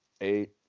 eight